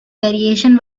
variations